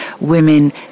women